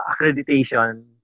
accreditation